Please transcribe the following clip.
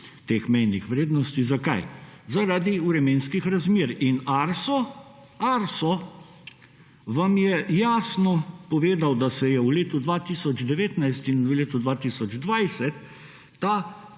vrednosti. Zakaj? Zaradi vremenskih razmer. Arso vam je jasno povedal, da se je v letu 2019 in v letu 2020 ta